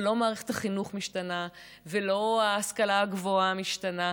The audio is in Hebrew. אבל לא מערכת החינוך משתנה ולא ההשכלה הגבוהה משתנה.